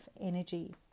energy